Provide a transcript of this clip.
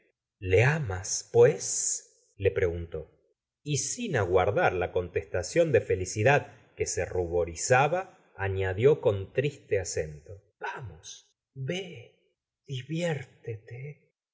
le amas pues le preguntó y sin aguardar la contestación de felicidad que se ruborizaba añadió con triste a cénto vamos vé diviérte